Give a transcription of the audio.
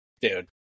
Dude